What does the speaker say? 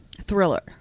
thriller